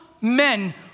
men